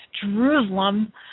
Jerusalem